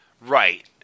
Right